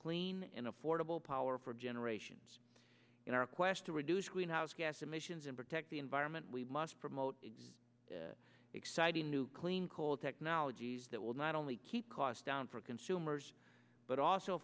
clean and affordable power for generations in our quest to reduce greenhouse gas emissions and protect the environment we must promote exist exciting new clean coal technologies that will not only keep costs down for consumers but also